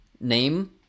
name